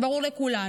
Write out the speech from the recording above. זה ברור לכולנו.